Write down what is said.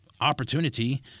opportunity